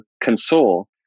console